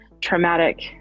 traumatic